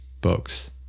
books